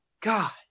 God